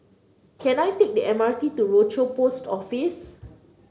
can I take the M R T to Rochor Post Office